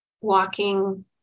walking